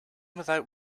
without